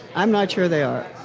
i'm not sure they are.